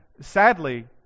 sadly